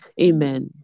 Amen